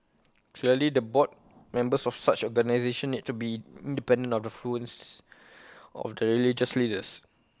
clearly the board members of such organisations need to be independent of the of the religious leaders